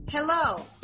Hello